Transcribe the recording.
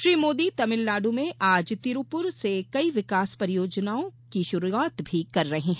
श्री मोदी तमिलनाडु में आज तिरुपुर से कई विकास परियोजना की शुरुआत भी कर रहे हैं